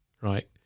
right